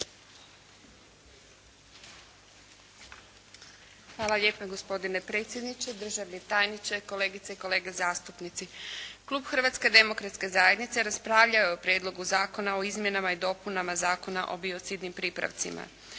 Hvala lijepa. Gospodine predsjedniče, državni tajniče, kolegice i kolege zastupnici. Klub Hrvatske demokratske zajednice raspravljao je o Prijedlogu zakona o izmjenama i dopunama Zakona o biocidnim pripravcima.